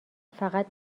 فقط